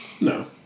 No